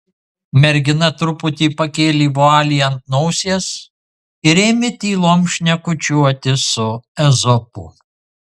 mergina truputį pakėlė vualį ant nosies ir ėmė tylom šnekučiuoti su ezopu